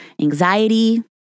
anxiety